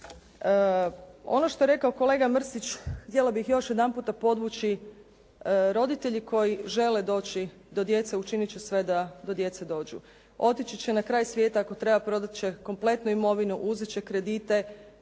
Ono što je rekao kolega Mrsić htjela bih još jedanputa podvući roditelji koji žele doći do djece učinit će sve da do djece dođu. Otići će na kraj svijeta, ako treba prodat će kompletnu imovinu, uzet će kredite.